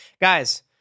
Guys